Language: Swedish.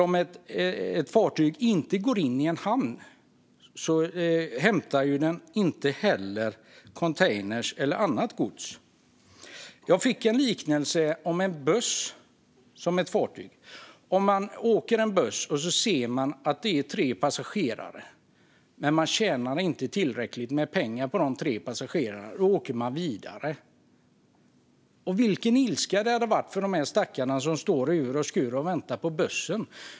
Om ett fartyg inte går in till en hamn hämtar det heller inte containrar eller annat gods. Jag fick en liknelse om en buss, och det är som med ett fartyg. Om man åker i en buss och ser att det är tre passagerare och man inte tjänar tillräckligt med pengar på dessa tre passagerare åker man vidare. Vilken ilska detta väcker hos de stackare som står i ur och skur och väntar på bussen.